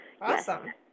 Awesome